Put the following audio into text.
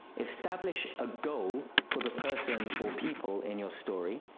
establish a goal for the person or people in your story.